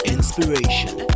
Inspiration